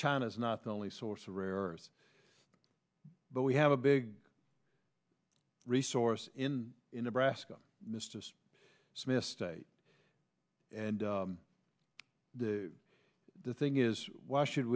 china is not the only source of rare earths but we have a big resource in in nebraska mr smith states and the thing is why should